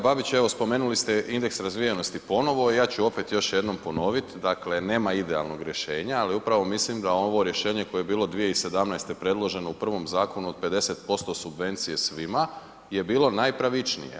Kolega Babić, evo, spomenuli ste indeks razvijenosti ponovno, ja ću opet još jednom ponoviti, dakle, nema idealnog rješenja, ali upravo mislim da ovo rješenje koje je bilo 2017. predloženo u prvom zakonu od 50% subvencije svima je bilo najpravičnije.